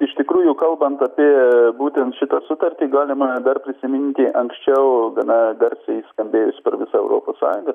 iš tikrųjų kalbant apė būtent šitą sutartį galima dar prisiminti anksčiau gana garsiai skambėjusį per visą europos sąjungą